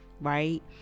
right